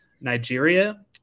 Nigeria